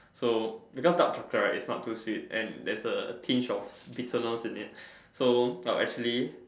so because dark chocolate right its not too sweet and there is a hinge of bitterness in it so I'll actually